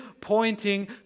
pointing